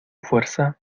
fuerza